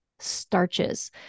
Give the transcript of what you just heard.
starches